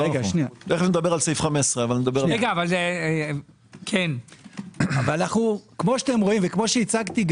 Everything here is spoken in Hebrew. תכף נדבר על סעיף 15. כפי שאתם רואים וכפי שהצגתי,